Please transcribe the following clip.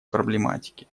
проблематике